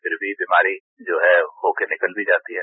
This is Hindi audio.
फिर भी बीमारी जो है हो के निकल भी जाती है